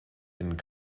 and